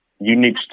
Unique